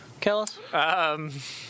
Kellis